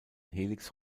helix